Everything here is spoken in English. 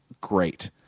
great